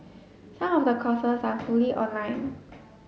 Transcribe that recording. some of the courses are fully online